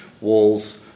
walls